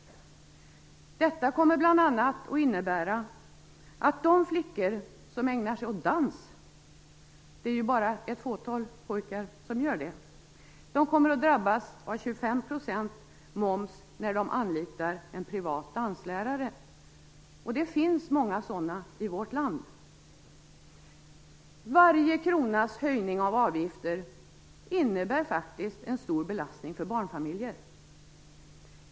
Detta kommer bl.a. att innebära att de flickor som ägnar sig åt dans - det är ju bara ett fåtal pojkar som gör det - kommer att drabbas av en moms på 25 % när de anlitar privata danslärare, och det finns många sådana i vårt land. Varje krona som avgifterna höjs med, innebär faktiskt en stor belastning för barnfamiljer.